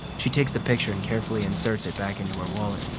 she takes the picture and carefully inserts it back into her wallet.